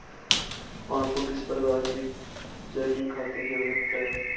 आपको किस प्रकार के चेकिंग खाते की आवश्यकता है?